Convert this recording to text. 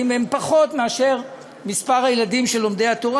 הוא פחות מאשר מספר הילדים של לומדי התורה.